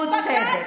השוויון.